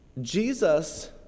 Jesus